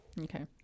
Okay